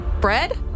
Bread